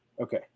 Okay